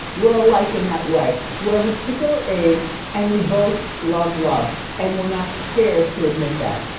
we're alike in that way. we're of a particular age and we both love love and we're not scared to admit that.